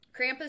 Krampus